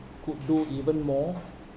could do even more